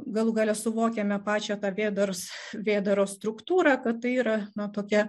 galų gale suvokiame pačią tą vėdars vėdaro struktūrą kad tai yra na tokia